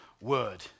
word